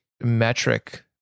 metric